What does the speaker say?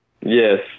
Yes